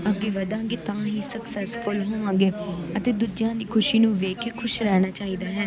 ਅੱਗੇ ਵਧਾਂਗੇ ਤਾਂ ਹੀ ਸਕਸੈੱਸਫੁਲ ਹੋਵਾਂਗੇ ਅਤੇ ਦੂਜਿਆਂ ਦੀ ਖੁਸ਼ੀ ਨੂੰ ਵੇਖ ਕੇ ਖੁਸ਼ ਰਹਿਣਾ ਚਾਹੀਦਾ ਹੈ